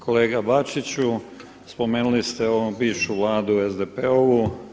Kolega Bačiću, spomenuli ste u ovom bivšu Vladu SDP-ovu.